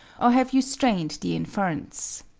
or have you strained the inference?